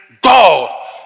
God